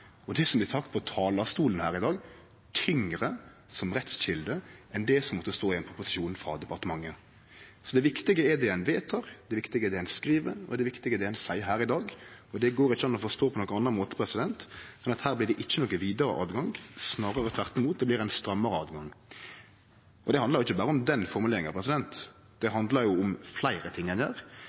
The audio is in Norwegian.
og det som blir sagt på talarstolen her i dag, tyngre som rettskjelde enn det som måtte stå i ein proposisjon frå departementet. Det viktige er det ein vedtek, det viktige er det ein skriv, og det viktige er det ein seier her i dag. Det går ikkje an å forstå på nokon annan måte enn at her blir det ikkje nokon vidare åtgang, snarare tvert imot, det blir ein strammare åtgang. Og det handlar ikkje berre om den formuleringa, det handlar om fleire ting ein gjer.